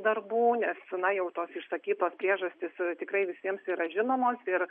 darbų nes na jau tos išsakytos priežastys tikrai visiems yra žinomos ir